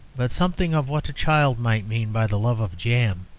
but something of what a child might mean by the love of jam.